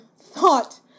thought